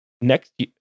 Next